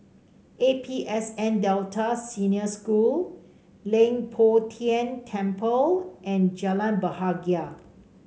A P S N Delta Senior School Leng Poh Tian Temple and Jalan Bahagia